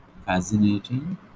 fascinating